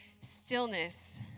stillness